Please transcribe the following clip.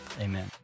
Amen